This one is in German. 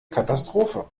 katastrophe